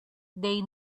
they